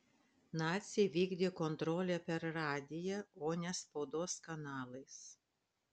naciai vykdė kontrolę per radiją o ne spaudos kanalais